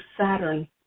Saturn